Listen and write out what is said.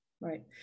Right